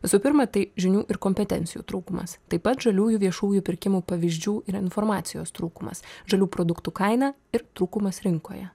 visų pirma tai žinių ir kompetencijų trūkumas taip pat žaliųjų viešųjų pirkimų pavyzdžių ir informacijos trūkumas žalių produktų kaina ir trūkumas rinkoje